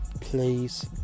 please